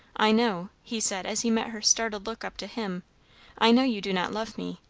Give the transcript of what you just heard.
i know, he said as he met her startled look up to him i know you do not love me,